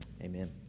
Amen